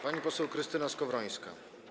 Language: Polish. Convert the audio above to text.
Pani poseł Krystyna Skowrońska.